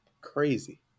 crazy